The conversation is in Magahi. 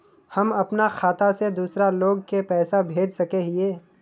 हम अपना खाता से दूसरा लोग के पैसा भेज सके हिये?